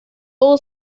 full